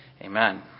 Amen